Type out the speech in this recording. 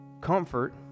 Comfort